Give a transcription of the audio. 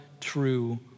true